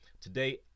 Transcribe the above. Today